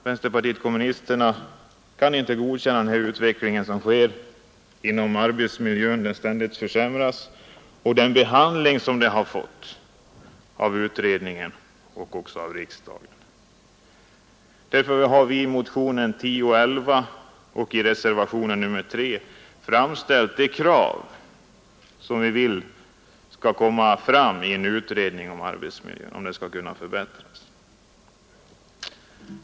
Vänsterpartiet kommunisterna kan inte godkänna en utveckling som innebär att arbetsmiljön ständigt försämras och den behandling som frågan har fått av utredningen och av riksdagen. Därför har vi i motionen 1011 och i reservationen 3 framställt de krav som vi vill skall komma fram i en utredning om arbetsmiljön skall kunna förbättras.